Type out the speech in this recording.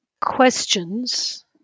questions